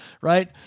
right